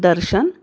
दर्शन